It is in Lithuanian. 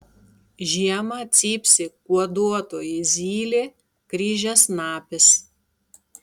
žiemą cypsi kuoduotoji zylė kryžiasnapis